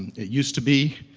it used to be,